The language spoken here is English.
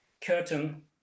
curtain